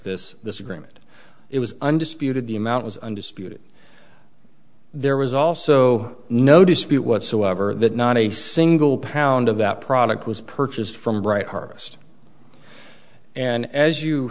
this this agreement it was undisputed the amount was undisputed there was also no dispute whatsoever that not a single pound of that product was purchased from right harvest and as you